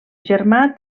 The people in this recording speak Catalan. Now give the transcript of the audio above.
germà